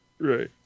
Right